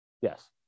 Yes